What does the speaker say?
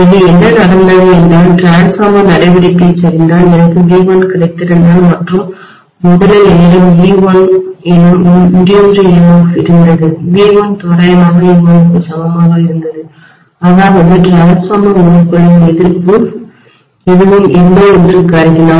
எனவே என்ன நடந்தது என்றால் டிரான்ஸ்ஃபார்மர் நடவடிக்கை சரிந்தால் எனக்கு V1 கிடைத்திருந்தால் மற்றும் முதலில் என்னிடம் e1 எனும் இன்டியூஸ்டு தூண்டப்பட்ட EMF இருந்தது V1 தோராயமாக e1 க்கு சமமாக இருந்தது அதாவது டிரான்ஸ்ஃபார்மர் முறுக்குகளின் எதிர்ப்பு எதுவும் இல்லை என்று கருதினால்